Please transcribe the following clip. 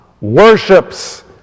worships